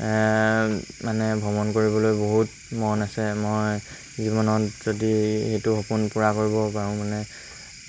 মানে ভ্ৰমণ কৰিবলৈ বহুত মন আছে মই জীৱনত যদি সেইটো সপোন পূৰা কৰিব পাৰোঁ মানে